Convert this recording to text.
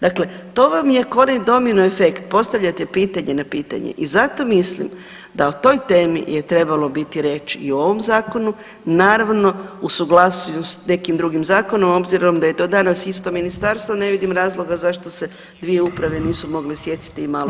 Dakle, to vam je kao onaj domino efekt, postavljate pitanje na pitanje i zato mislim da o toj temi je trebalo biti riječi i u ovom zakonu, naravno u suglasju s nekim drugim zakonom, obzirom da je to danas isto ministarstvo ne vidim razloga zašto se dvije uprave nisu mogle sjetiti i malo dogovorit.